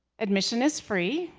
admission is free.